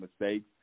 mistakes